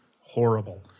horrible